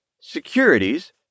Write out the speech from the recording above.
securities